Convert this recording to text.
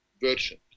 version